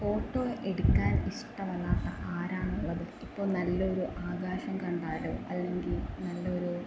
photo എടുക്കാൻ ഇഷ്ടമല്ലാത്ത ആരാണുള്ളത് ഇപ്പം നല്ലൊരു ആകാശം കണ്ടാലോ അല്ലെങ്കിൽ നല്ലൊരു